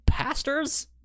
Pastors